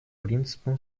принципом